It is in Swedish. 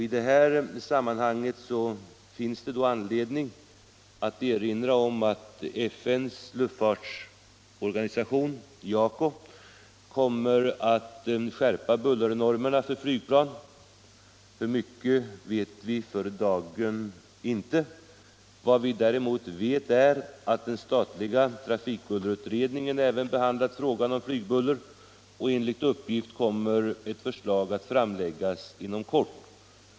I detta sammanhang finns det anledning att erinra om att FN:s luftfartsorganisation, ICAO, kommer att skärpa bullernormerna för flygplan. Hur mycket vet vi för dagen inte. Vad vi däremot vet är att den statliga trafikbullerutredningen även behandlat frågan om flygbuller, och enligt uppgift kommer ett förslag att framläggas inom kort.